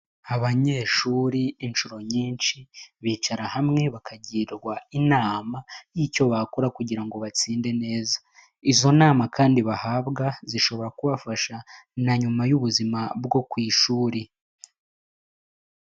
Abanyeshuri inshuro nyinshi bicara hamwe bakagirwa inama y'icyo bakora kugira ngo batsinde neza, izo nama kandi bahabwa zishobora kubafasha na nyuma y'ubuzima bwo ku ishuri.